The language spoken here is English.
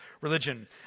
religion